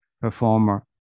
performer